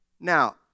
Now